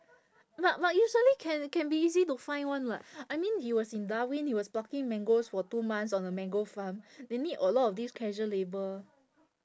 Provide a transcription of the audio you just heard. but but you suddenly can can be easy to find [one] [what] I mean he was in darwin he was plucking mangoes for two months on a mango farm they need a lot of these casual labour